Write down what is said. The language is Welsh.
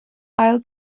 ail